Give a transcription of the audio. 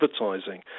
advertising